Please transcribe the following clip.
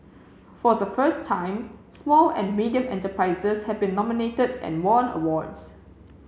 for the first time small and medium enterprises have been nominated and won awards